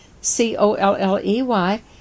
C-O-L-L-E-Y